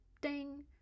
Ding